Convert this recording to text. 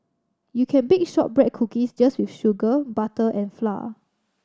you can bake shortbread cookies just with sugar butter and flour